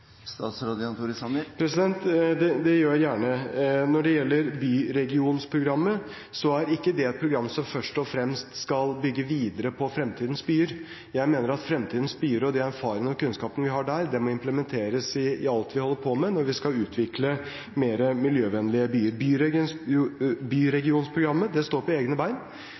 Det gjør jeg gjerne. Når det gjelder Byregionprogrammet, er ikke det et program som først og fremst skal bygge videre på Framtidens byer. Jeg mener at de erfaringene og den kunnskapen vi har fått i forbindelse med Framtidens byer, må implementeres i alt vi holder på med når vi skal utvikle mer miljøvennlige byer. Byregionprogrammet står på egne ben. Det